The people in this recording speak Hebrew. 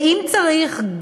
ואם צריך,